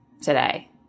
today